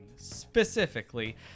Specifically